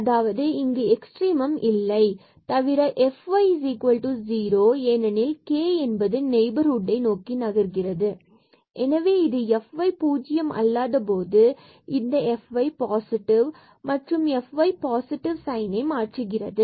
அதாவது இங்கு எக்ஸ்ட்ரிமும் இல்லை தவிர fy0 ஏனெனில் k என்பது நெய்பர்ஹுட் நோக்கி நகர்கிறது எனவே இது fy 0 அல்லாத போது இது fy பாசிட்டிவ் மற்றும் fy சைன்னை மாற்றுகிறது